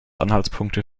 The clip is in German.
anhaltspunkte